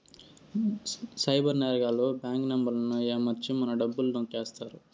cyber నేరగాళ్లు bank నెంబర్లను ఏమర్చి మన డబ్బులు నొక్కేత్తారు